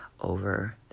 over